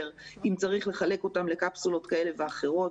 ואם צריך לחלק אותם לקפסולות כאלה ואחרות,